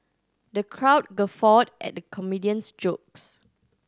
the crowd guffawed at the comedian's jokes